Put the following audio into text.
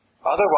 Otherwise